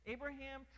Abraham